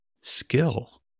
skill